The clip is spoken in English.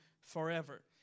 forever